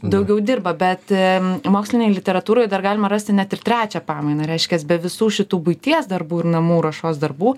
daugiau dirba bet mokslinėj literatūroj dar galima rasti net ir trečią pamainą reiškias be visų šitų buities darbų ir namų ruošos darbų